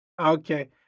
Okay